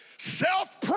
Self